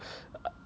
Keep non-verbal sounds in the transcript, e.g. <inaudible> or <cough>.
<noise>